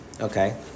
Okay